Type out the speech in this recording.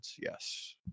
Yes